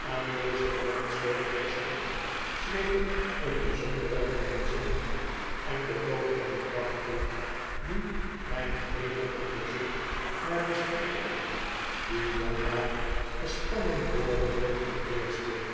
aan dezen vreemdsoortigen stok schreef ik eene bijzondere geheimzinnige en betooverende kracht toe die mijn geheel e onderzoek naar de strikken die janmaat gespannen worden beheersen te